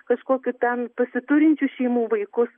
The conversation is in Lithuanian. kažkokių ten pasiturinčių šeimų vaikus